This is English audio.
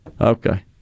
Okay